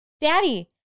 Daddy